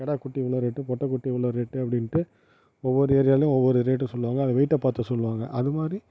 கிடாக்குட்டி இவ்வளோ ரேட்டு பொட்டக்குட்டி இவ்ளோ ரேட்டு அப்படின்ட்டு ஒவ்வொரு ஏரியாவிலையும் ஒவ்வொரு ரேட்டு சொல்லுவாங்க அது வெயிட்டைப் பார்த்து சொல்லுவாங்க அதுமாதிரி